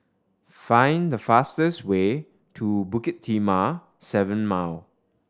find the fastest way to Bukit Timah Seven Mile